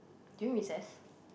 during recess